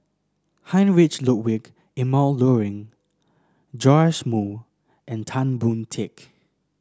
Heinrich Ludwig Emil Luering Joash Moo and Tan Boon Teik